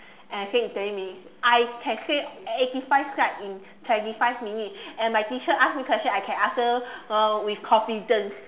and I said in twenty minutes I can say eighty five slide in twenty five minutes and my teacher ask me question I can answer her with confidence